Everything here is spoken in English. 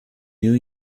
new